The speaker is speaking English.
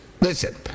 Listen